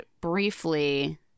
briefly